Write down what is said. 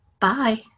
Bye